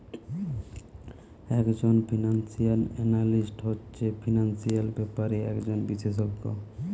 একজন financial analyst হচ্ছে financial ব্যাপারে একজন বিশেষজ্ঞ